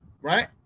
right